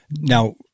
now